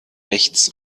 rechts